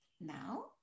now